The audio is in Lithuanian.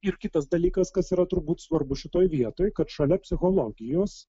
ir kitas dalykas kas yra turbūt svarbu šitoj vietoj kad šalia psichologijos